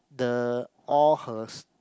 the all her s~